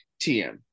tm